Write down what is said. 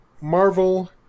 Marvel